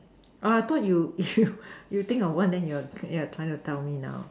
ah I thought you you think of one and you are you are trying to tell me now